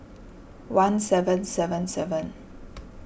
one seven seven seven